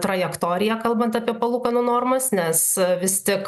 trajektoriją kalbant apie palūkanų normas nes vis tik